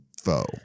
foe